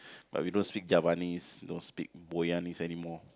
but we don't speak Javanese nor speak Boyanese anymore